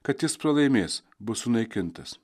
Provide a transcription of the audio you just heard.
kad jis pralaimės bus sunaikintas